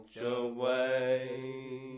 away